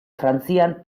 frantzian